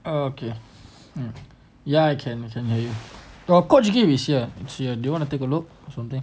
okay hmm ya I can I can hear you err coach gift is here is here do you want to take a look or something